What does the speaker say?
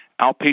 outpatient